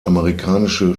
amerikanische